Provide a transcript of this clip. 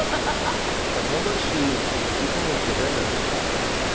ah ah the language she is speaking is derivative of spanish.